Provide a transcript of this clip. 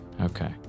okay